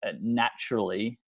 naturally